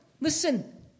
Listen